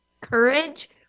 courage